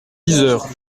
yzeure